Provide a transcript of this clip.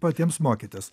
patiems mokytis